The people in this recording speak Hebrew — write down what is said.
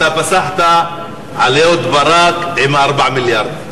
אתה פסחת על אהוד ברק עם 4 המיליארד.